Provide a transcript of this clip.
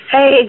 Hey